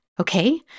okay